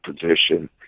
position